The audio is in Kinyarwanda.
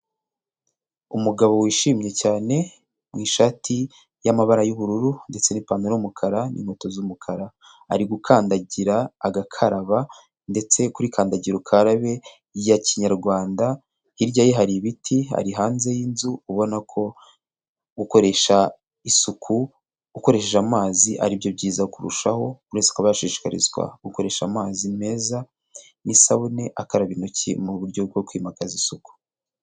Umugabo wishimye cyane mu ishati y'amabara y'ubururu ndetse n'ipantaro y’umukara n'inkweto z'umukara, ari gukandagira agakaraba ndetse kuri kandagira ukarabe ya kinyarwanda, hirya ye har’ibiti, ari hanze y'inzu ubona ko gukoresha isuku ukoresheje amazi ari byo byiza kurushaho, uretse kubashishikarizwa gukoresha amazi meza n'isabune akaraba intoki mu buryo bwo kwimakaza isuku.